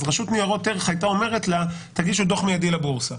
אז רשות ניירות ערך הייתה אומרת: לה תגישו דוח מיידי לבורסה